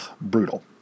brutal